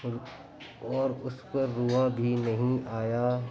اور اور اُس پر رووا بھی نہیں آیا